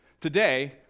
Today